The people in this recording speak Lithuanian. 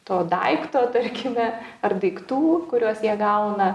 to daikto tarkime ar daiktų kuriuos jie gauna